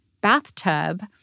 bathtub